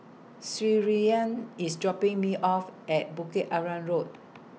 Shirleyann IS dropping Me off At Bukit Arang Road